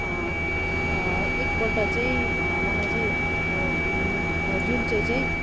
एक पल्ट चाहिँ मलाई चाहिँ जुन चाहिँ चाहिँ